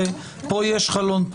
פה יש חלון,